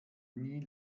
nie